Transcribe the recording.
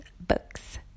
books